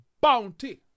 Bounty